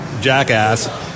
jackass